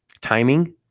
timing